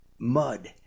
mud